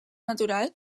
natural